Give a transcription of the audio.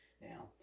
now